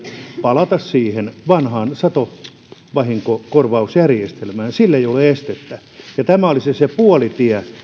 palata siihen vanhaan satovahinkokorvausjärjestelmään sille ei ole estettä ja tämä olisi se puolitie